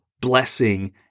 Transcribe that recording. blessing